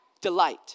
delight